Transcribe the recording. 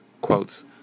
quotes